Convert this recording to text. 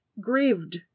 grieved